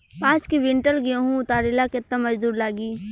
पांच किविंटल गेहूं उतारे ला केतना मजदूर लागी?